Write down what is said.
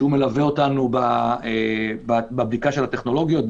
שמלווה אותנו בבדיקה של הטכנולוגיות,